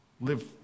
Live